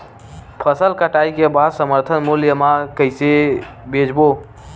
फसल कटाई के बाद समर्थन मूल्य मा कइसे बेचबो?